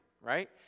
right